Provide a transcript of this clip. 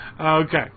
Okay